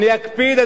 אני אקפיד,